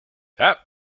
that